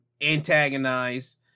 antagonize